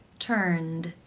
turned,